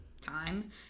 time